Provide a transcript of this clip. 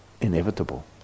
inevitable